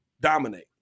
dominate